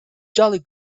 jolly